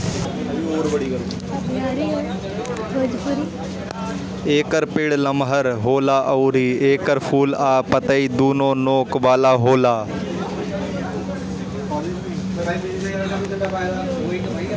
एकर पेड़ लमहर होला अउरी एकर फूल आ पतइ दूनो नोक वाला होला